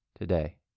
today